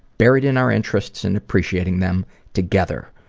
buried in our interests and appreciating them together.